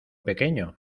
pequeño